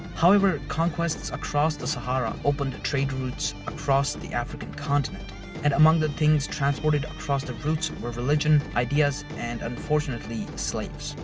however, conquests across the sahara opened trade routes across the african continent and among the things transported across these routes were religion, ideas and unfortunately, slaves.